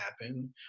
happen